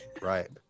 right